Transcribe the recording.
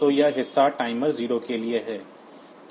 तो यह हिस्सा टाइमर 0 के लिए है